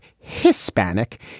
Hispanic